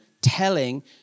telling